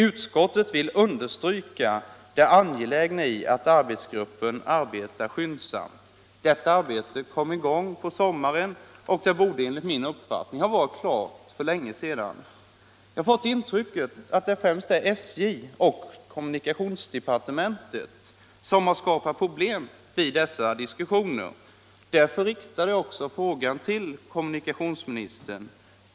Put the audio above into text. Utskottet vill understryka det angelägna i att arbets Detta arbete kom i gång på sommaren, och det borde enligt min upp Torsdagen den fattning ha varit klart för länge sedan. Jag har fått ett intryck av att 25 november.1976 det främst är SJ och kommunikationsdepartementet som har orsakat pro LL blem i dessa diskussioner. Därför riktade jag min fråga till kommuni Om utnyttjandet av kationsministern.